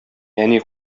әни